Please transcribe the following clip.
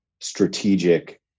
strategic